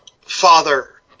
father